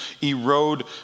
erode